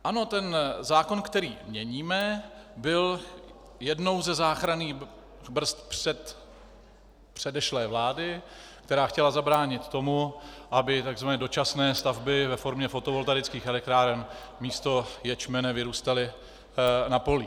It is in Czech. Ano, ten zákon, který měníme, byl jednou ze záchranných brzd předešlé vlády, která chtěla zabránit tomu, aby tzv. dočasné stavby ve formě fotovoltaických elektráren místo ječmene vyrůstaly na polích.